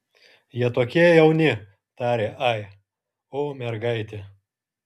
jie tokie jauni tarė ai o mergaitė